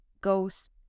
goes